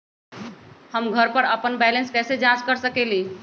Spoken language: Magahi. हम घर पर अपन बैलेंस कैसे जाँच कर सकेली?